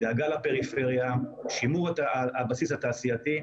דאגה לפריפריה, שימור הבסיס התעשייתי.